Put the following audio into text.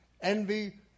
envy